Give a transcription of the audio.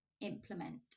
implement